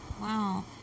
Wow